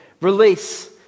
release